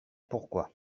pourquoi